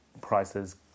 prices